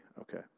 Okay